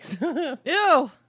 Ew